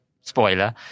spoiler